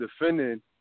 defending